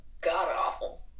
god-awful